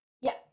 Yes